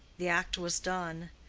the act was done.